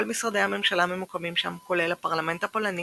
כל משרדי הממשלה ממוקמים שם, כולל הפרלמנט הפולני,